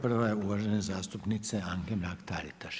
Prva je uvažene zastupnice Anke Mrak-Taritaš.